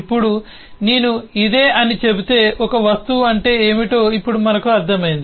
ఇప్పుడు నేను ఇదే అని చెబితే ఒక వస్తువు అంటే ఏమిటో ఇప్పుడు మనకు అర్థమైంది